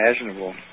imaginable